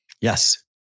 Yes